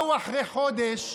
באו אחרי חודש.